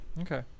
Okay